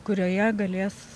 kurioje galės